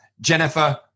Jennifer